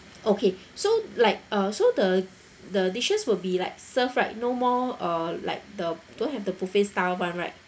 okay so like uh so the the dishes will be like served right no more uh like the don't have the buffet style [one] right